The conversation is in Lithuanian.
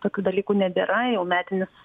tokių dalykų nebėra jau metinis